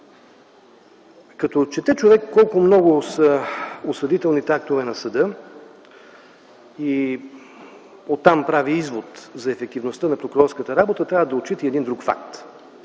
Като отчете човек колко много са осъдителните актове на съда и оттам прави извод за ефективността на прокурорската работа, трябва да отчита и един друг факт.